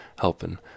helping